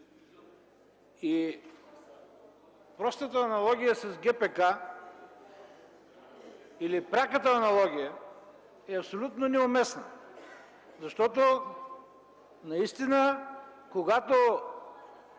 Простата аналогия с ГПК или пряката аналогия е абсолютно неуместна. Наистина, когато